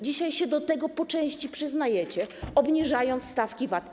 Dzisiaj się do tego po części przyznajecie, obniżając stawki VAT.